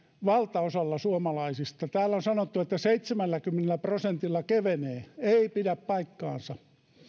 valtaosalla suomalaisista täällä on sanottu että seitsemälläkymmenellä prosentilla kevenee ei pidä paikkaansa